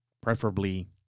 preferably